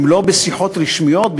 אם לא בשיחות רשמיות,